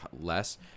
less